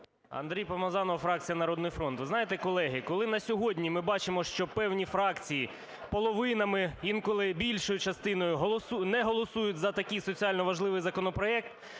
Андрій Помазанов, фракція "Народний фронт". Ви знаєте, колеги, коли на сьогодні ми бачимо, що певні фракції половинами, інколи більшою частиною не голосують за такий соціально важливий законопроект,